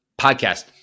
podcast